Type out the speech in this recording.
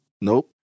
Nope